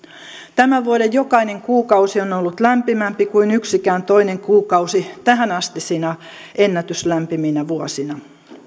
tämän vuoden jokainen kuukausi on ollut lämpimämpi kuin yksikään toinen kuukausi tähänastisina ennätyslämpiminä vuosina